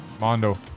Mondo